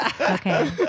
Okay